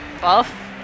Buff